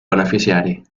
beneficiari